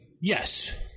Yes